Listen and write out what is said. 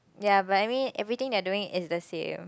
ya but I mean everything they're doing is the same